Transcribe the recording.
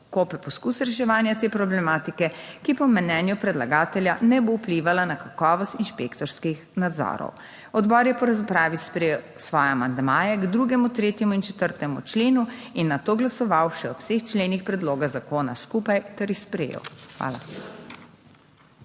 kope poskus reševanja te problematike, ki po mnenju predlagatelja ne bo vplivala na kakovost inšpektorskih nadzorov. Odbor je po razpravi sprejel svoje amandmaje k 2., 3. in 4. členu in nato glasoval še o vseh členih predloga zakona skupaj ter jih sprejel. Hvala.